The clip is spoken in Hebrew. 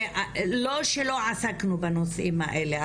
לא שלא עסקנו בנושאים האלה,